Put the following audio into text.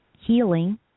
healing